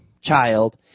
child